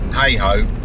Hey-ho